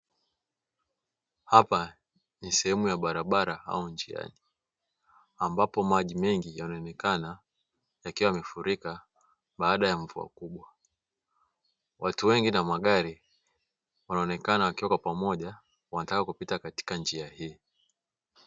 Hapa ni sehemu ya barabara au njiani, ambapo maji mengi yanaonekana yakiwa yamefurika baada ya mvua kubwa. Watu wengi na magari wanaonekana wakiwa kwa pamoja wanataka kupita katika njia hii.